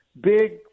big